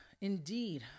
indeed